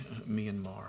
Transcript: Myanmar